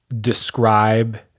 describe